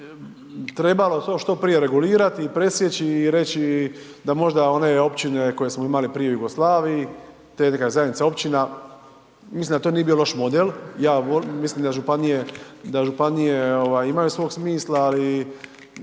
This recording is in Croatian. trebalo to što prije regulirati i presjeći i reći da možda one općine koje smo imali prije u Jugoslaviji, te neke zajednice općina, mislim da to nije bio loš model, ja, mislim da županije, da županije ovaj imaju svog smisla, ali